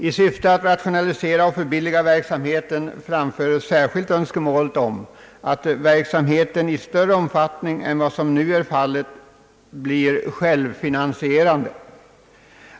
I syfte att rationalisera och förbilliga verksamheten framförs särskilt önskemålet om att denna i större omfattning än vad som nu är fallet skall bli självfinansierande.